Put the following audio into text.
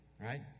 Right